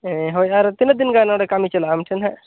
ᱦᱮᱸ ᱦᱳᱭ ᱟᱨ ᱛᱤᱱᱟᱹᱜ ᱫᱤᱱ ᱜᱟᱱ ᱚᱸᱰᱮ ᱠᱟᱹᱢᱤ ᱪᱟᱞᱟᱜᱼᱟ ᱟᱢ ᱴᱷᱮᱱ ᱦᱟᱸᱜ